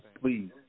please